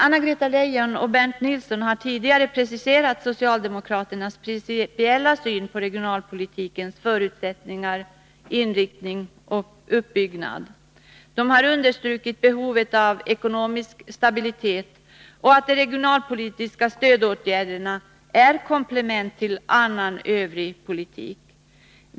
Anna-Greta Leijon och Bernt Nilsson har tidigare preciserat socialdemokraternas principiella syn på regionalpolitikens förutsättningar, inriktning och uppbyggnad. De har understrukit behovet av ekonomisk stabilitet och av att de regionalpolitiska stödåtgärderna är komplement till annan Övrig politik.